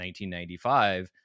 1995